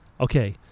okay